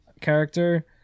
character